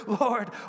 Lord